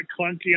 clunky